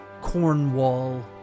cornwall